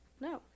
No